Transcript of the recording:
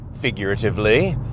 figuratively